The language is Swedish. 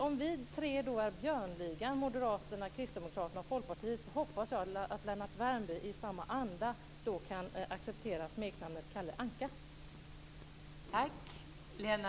Om vi tre är Björnligan - Moderaterna, Kristdemokraterna och Folkpartiet - hoppas jag att Lennart Värmby i samma anda kan acceptera smeknamnet